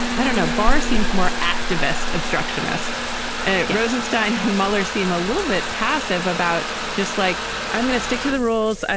i don't know barr seems more activist obstructionist rosenstein and mueller seem a little bit passive about just like i'm going to stick to the rules.